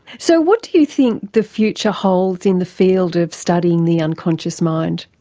so what do you think the future holds in the field of studying the unconscious mind?